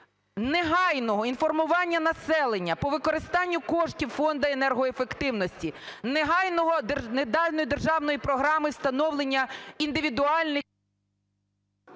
негайного інформування населення по використанню коштів Фонду енергоефективності, негайного, державної програми, встановлення індивідуальних…